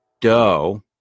Doe